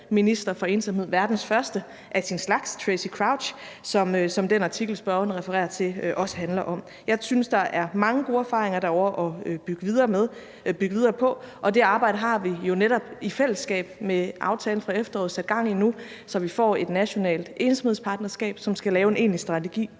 minister for ensomhed, verdens første af sin slags, Tracey Crouch, som den artikel, spørgeren refererer til, også handler om. Jeg synes, der er mange gode erfaringer derovre at bygge videre på, og det arbejde har vi jo netop i fællesskab med aftalen fra efteråret sat gang i nu, så vi får et nationalt ensomhedspartnerskab, som skal lave en egentlig strategi.